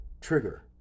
Trigger